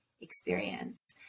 experience